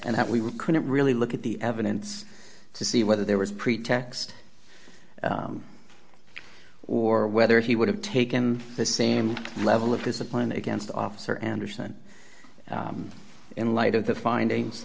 that we couldn't really look at the evidence to see whether there was pretext or whether he would have taken the same level of discipline against officer anderson in light of the findings